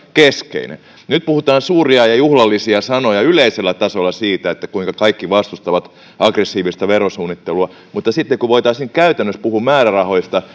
keskeinen nyt puhutaan suuria ja juhlallisia sanoja yleisellä tasolla siitä kuinka kaikki vastustavat aggressiivista verosuunnittelua mutta sitten kun voitaisiin käytännössä puhua määrärahoista